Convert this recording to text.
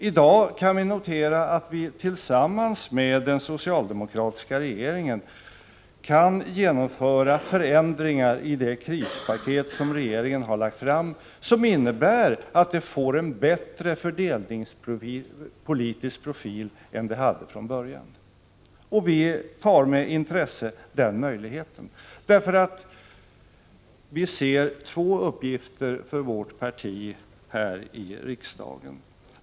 I dag kan vi notera att vi tillsammans med socialdemokraterna kan genomföra förändringar i det krispaket som regeringen har lagt fram, som innebär att det får en bättre fördelningspolitisk profil än det hade från början. Vi tar med glädje den möjligheten. Vi ser nämligen två uppgifter för vårt parti här i riksdagen.